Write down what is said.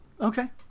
Okay